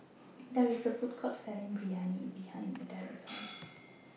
There IS A Food Court Selling Biryani behind Adella's House